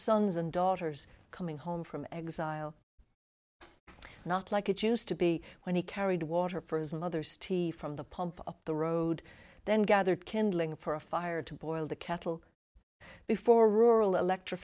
sons and daughters coming home from exile not like it used to be when he carried water for his mother's tea from the pump up the road then gathered kindling for a fire to boil the cattle before rural electri